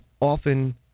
often